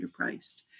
underpriced